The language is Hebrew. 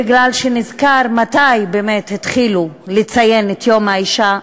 בגלל שנזכר מתי באמת התחילו לציין את יום האישה,